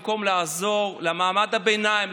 במקום לעזור למעמד הביניים,